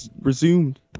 resumed